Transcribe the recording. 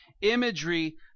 imagery